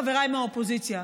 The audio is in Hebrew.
חבריי מהאופוזיציה,